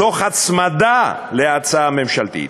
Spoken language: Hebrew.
תוך הצמדה להצעה ממשלתית.